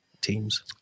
teams